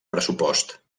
pressupost